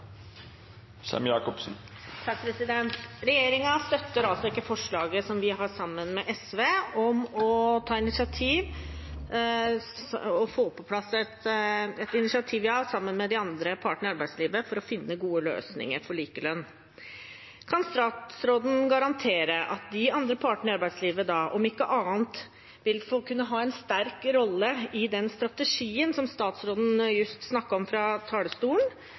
støtter altså ikke forslaget vi har sammen med SV, et initiativ vi har sammen med de andre partene i arbeidslivet, om å finne gode løsninger for likelønn. Kan statsråden garantere at de andre partene i arbeidslivet om ikke annet skal kunne ha en sterk rolle i den strategien som statsråden just snakket om fra talerstolen,